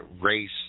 race